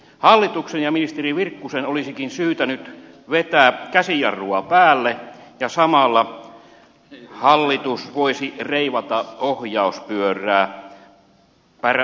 hallituksen ja ministeri virkkusen olisikin syytä nyt vetää käsijarrua päälle ja samalla hallitus voisi reivata ohjauspyörää parempaan suuntaan